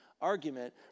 argument